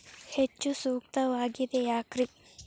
ಹೆಚ್ಚು ಸೂಕ್ತವಾಗಿದೆ ಯಾಕ್ರಿ?